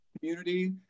community